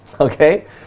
Okay